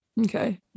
okay